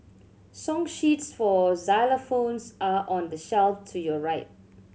song sheets for xylophones are on the shelf to your right